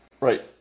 Right